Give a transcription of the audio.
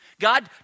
God